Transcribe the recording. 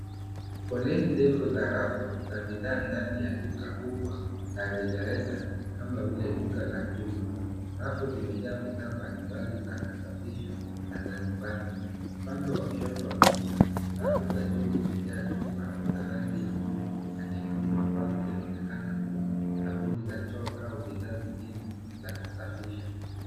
Foleni ndefu za rafu za bidhaa ndani ya duka kubwa na rejareja kama vile duka la jumla. Rafu zimejaa bidhaa mbalimbali za kusafisha na za nyumbani . Upande wa kushoto wa picha, rafu za juu zimejaa chupa za ragi ya blue na nyekundu ambao zinasemekana kuwa sabuni laa choo a bidhaa zengine za kusafisha.